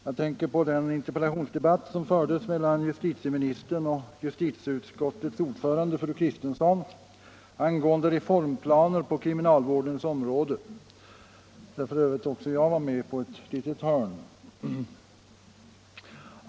Jag tänker på den interpellationsdebatt som fördes mellan justitieministern och justitieutskottets ordförande fru Kristensson — även jag deltog för övrigt på ett hörn — angående reformplaner på kriminalvårdens område.